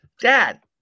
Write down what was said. dad